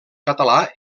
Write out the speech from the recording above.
català